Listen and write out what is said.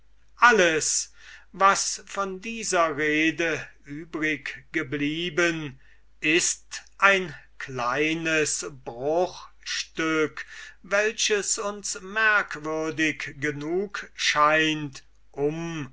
alles was von dieser rede übrig geblieben ist ein kleines fragment welches uns merkwürdig genug scheint um